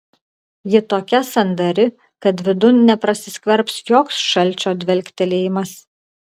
ji tokia sandari kad vidun neprasiskverbs joks šalčio dvelktelėjimas